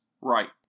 Right